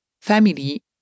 family